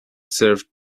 served